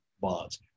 bonds